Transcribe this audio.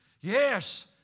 yes